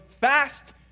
fast